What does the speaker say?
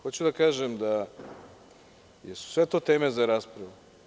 Hoću da kažem da, jesu sve to teme za raspravu.